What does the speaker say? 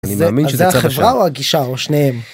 אני מאמין שלצד ז... אז זה החברה או הגישה או שניהם.